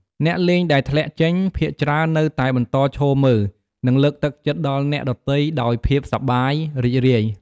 អ្នកលេងដែលធ្លាក់ចេញ ភាគច្រើននៅតែបន្តឈរមើល និងលើកទឹកចិត្តដល់អ្នកដទៃដោយភាពសប្បាយរីករាយ។